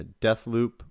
Deathloop